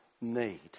need